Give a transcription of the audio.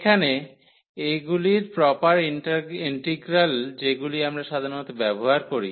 এখানে এগুলির proper integral যেগুলি আমরা সাধারণত ব্যবহার করি